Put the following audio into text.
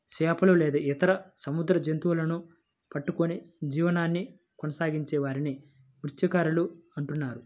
చేపలు లేదా ఇతర సముద్ర జంతువులను పట్టుకొని జీవనాన్ని కొనసాగించే వారిని మత్య్సకారులు అంటున్నారు